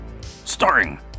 Starring